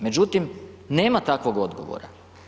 Međutim, nema takvog odgovora.